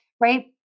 right